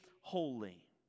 holy